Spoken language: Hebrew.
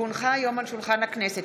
כי הונחו היום על שולחן הכנסת,